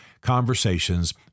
conversations